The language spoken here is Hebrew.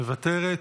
מוותרת.